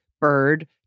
Bird